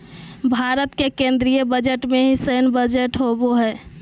भारत के केन्द्रीय बजट में ही सैन्य बजट होबो हइ